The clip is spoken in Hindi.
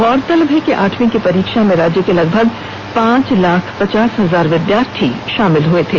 गौरतलब है कि आठवीं की परीक्षा में राज्य के लगभग पांच लाख पचास हजार विद्यार्थी शामिल हुए थे